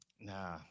Nah